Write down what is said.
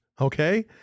Okay